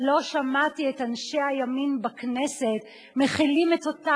לא שמעתי את אנשי הימין בכנסת מחילים את אותן